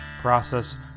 process